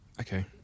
Okay